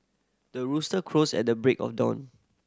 the rooster crows at the break of dawn